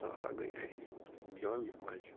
سۅ ہسا گٔیہِ اَسہِ یہِ جَامِع مسجٕد